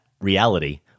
reality